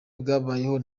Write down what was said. bwabayeho